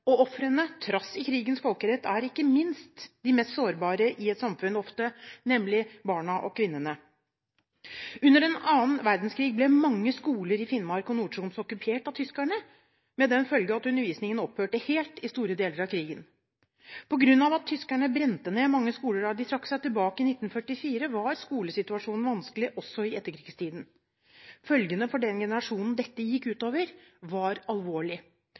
og ofrene – trass i krigens folkerett – er ikke minst ofte de mest sårbare i et samfunn, nemlig barna og kvinnene. Under 2. verdenskrig ble mange skoler i Finnmark og Nord-Troms okkupert av tyskerne med den følge at undervisningen opphørte helt i store deler av krigen. På grunn av at tyskerne brente ned mange skoler da de trakk seg tilbake i 1944, var skolesituasjonen vanskelig også i etterkrigstiden. Følgene for den generasjonen dette gikk ut over, var